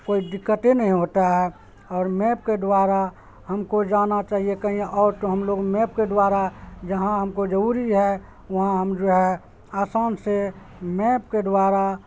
کوئی دقت نہیں ہوتا ہے اور میپ کے دوارا ہم کو جانا چاہیے کہیں اور تو ہم لوگ میپ کے دوارا جہاں ہم کو ضروری ہے وہاں ہم جو ہے آسان سے میپ کے دوارا